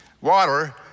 Water